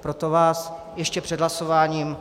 Proto vás před hlasováním